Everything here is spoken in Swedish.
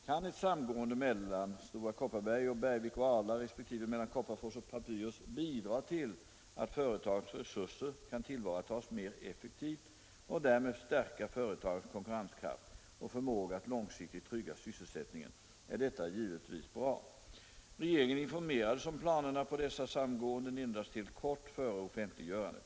Kan ett samgående mellan Stora Kopparberg och Bergvik och Ala resp. mellan Kopparfors och Papyrus bidra till att företagens resurser kan tillvaratas mer effektivt och därmed stärka företagens konkurrenskraft och förmåga att långsiktigt trygga sysselsättningen, är detta givetvis bra. Regeringen informerades om planerna på dessa samgåenden endast helt kort före offentliggörandet.